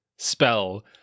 spell